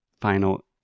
final